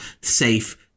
safe